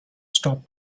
stopped